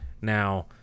Now